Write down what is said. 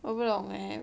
我不懂 leh